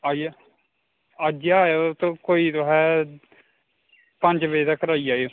आई अज्ज गै आयो कोई तोहें पंज बजे तक्कर आई जायो